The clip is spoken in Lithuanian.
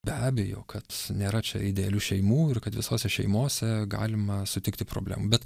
be abejo kad nėra čia idealių šeimų ir kad visose šeimose galima sutikti problemų bet